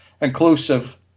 inclusive